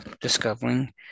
discovering